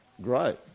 great